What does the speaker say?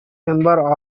member